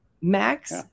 max